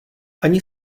ani